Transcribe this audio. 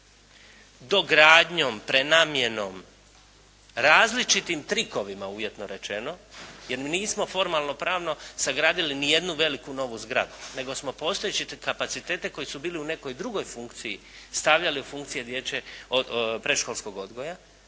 dogradnjom, prenamjenom, različitim trikovima uvjetno rečeno jer nismo formalno pravno sagradili nijednu veliku novu zgrade nego smo postojeće kapacitete koji su bili u nekoj drugoj funkciji stavljali u funkcije djece predškolskog odgoja.